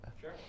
Sure